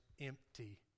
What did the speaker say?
empty